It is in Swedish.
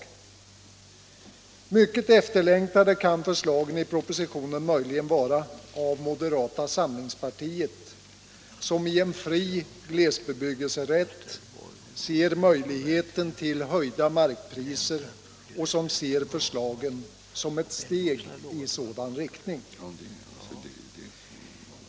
Mycket efterlängtade kan förslagen i propositionen möjligen vara av moderata samlingspartiet, som i en fri glesbebyggelserätt ser möjligheten till höjda markpriser och som ser förslagen som ett steg i sådan riktning.